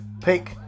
pick